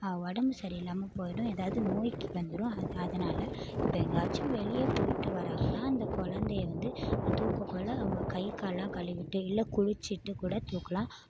உடம்பு சரி இல்லாமல் போய்விடும் ஏதாவது நோய் வந்துவிடும் அதனால் இப்போ எங்கேயாச்சும் வெளியே போய்விட்டு வராங்கனால் அந்த குழந்தைய வந்து தூக்கக்குள்ளே அவங்க கைகாலெலாம் கழுவிட்டு இல்லை குளிச்சுட்டு கூட தூக்கலாம்